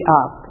up